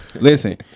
Listen